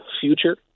future